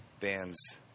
bands